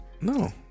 No